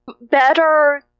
better